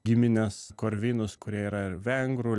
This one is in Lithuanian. gimines korvinus kurie yra vengrų